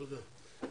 תודה.